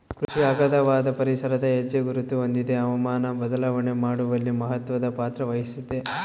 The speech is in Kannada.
ಕೃಷಿಯು ಅಗಾಧವಾದ ಪರಿಸರದ ಹೆಜ್ಜೆಗುರುತ ಹೊಂದಿದೆ ಹವಾಮಾನ ಬದಲಾವಣೆ ಮಾಡುವಲ್ಲಿ ಮಹತ್ವದ ಪಾತ್ರವಹಿಸೆತೆ